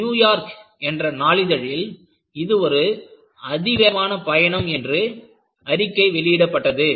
"New York" என்ற நாளிதழில் இது ஒரு அதிவேகமான பயணம் என்று அறிக்கை வெளியிடப்பட்டது